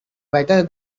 better